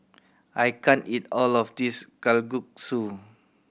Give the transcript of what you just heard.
I can't eat all of this Kalguksu